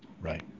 Right